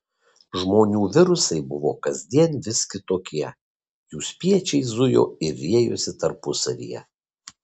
žmonių virusai buvo kasdien vis kitokie jų spiečiai zujo ir riejosi tarpusavyje